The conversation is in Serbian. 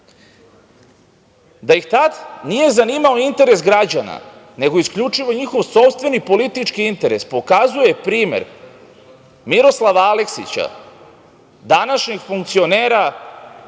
ih tad nije zanimao interes građana nego isključivo njihov sopstveni politički interes pokazuje primer Miroslava Aleksića, današnjeg funkcionera